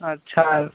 अच्छा